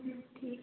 ठीक है